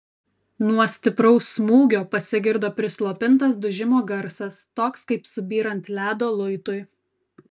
nuo stipraus smūgio pasigirdo prislopintas dužimo garsas toks kaip subyrant ledo luitui